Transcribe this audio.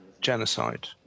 genocide